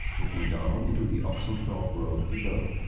looking down into the oxenthorpe road below.